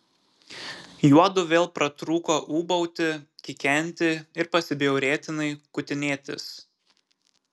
juodu vėl pratrūko ūbauti kikenti ir pasibjaurėtinai kutinėtis